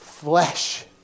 flesh